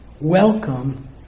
welcome